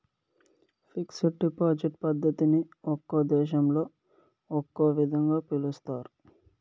fixed deposit పద్ధతిని ఒక్కో దేశంలో ఒక్కో విధంగా పిలుస్తారు